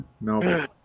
no